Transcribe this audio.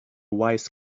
wise